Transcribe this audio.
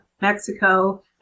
mexico